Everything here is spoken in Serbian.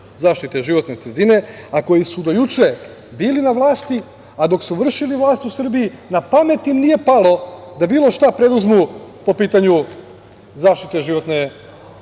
zaštite životne sredine, a koji su do juče bili na vlasti, a dok su vršili vlast u Srbiji na pamet im nije palo da bilo šta preduzmu po pitanju zaštite životne sredine. Upravo